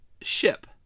ship